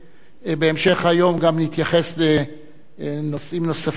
בהמשך היום נתייחס לנושאים נוספים,